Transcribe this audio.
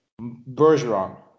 Bergeron